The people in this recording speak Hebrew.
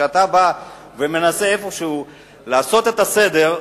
כשאתה מנסה לעשות את הסדר,